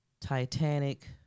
Titanic